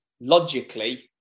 logically